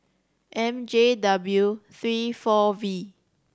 M J W three four V